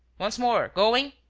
once more going.